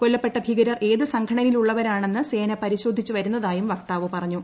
കൊല്ലപ്പെട്ട ഭീകരർ ഏത് സംഘടനയിൽ ഉള്ളവരാണെന്ന് സേന പരിശോധിച്ചുവരുന്നതായും വക്താവ് പറഞ്ഞു